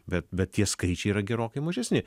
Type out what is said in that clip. bet bet tie skaičiai yra gerokai mažesni